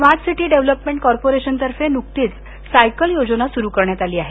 smart city development कॉर्पोरेशनतर्फे नुकतीच cycle योजना सुरू करण्यात आली आहे